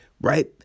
right